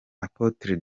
apôtre